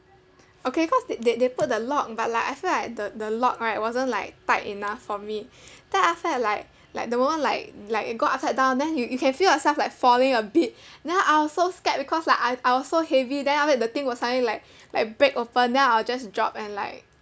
okay cause th~ they they put the lock but like I feel like the the lock right wasn't like tight enough for me then after that like like the moment like like go upside down then you you can feel yourself like falling a bit then I was so scared because like I was so heavy then after that the thing will suddenly like like break open then I'll just drop and like